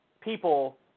people